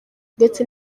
ndetse